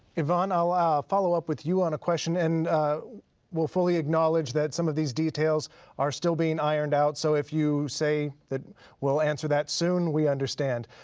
yvonne, i'll follow up with you on a question and we'll fully acknowledge that some of these details are still being ironed out. so if you say that we'll answer that soon, we understand.